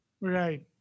Right